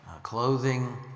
Clothing